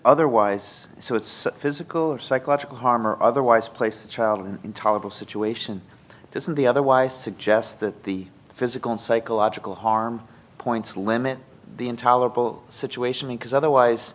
otherwise so it's physical or psychological harm or otherwise place a child in an intolerable situation just in the otherwise suggests that the physical and psychological harm points limit the intolerable situation because otherwise